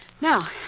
Now